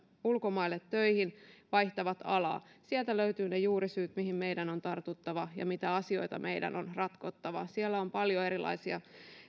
ulkomaille töihin vaihtavat alaa sieltä löytyvät ne juurisyyt mihin meidän on tartuttava ja mitä asioita meidän on ratkottava siellä on paljon erilaisia